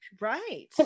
right